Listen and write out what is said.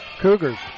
Cougars